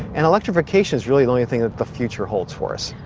and electrification is really the only thing that the future holds for us.